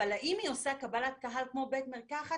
אבל האם היא עושה קבלת קהל כמו בית מרקחת,